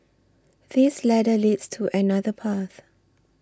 this ladder leads to another path